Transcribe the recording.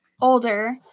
older